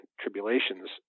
tribulations